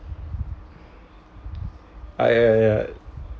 ah ya ya